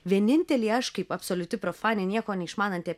vienintelį aš kaip absoliuti profanė nieko neišmananti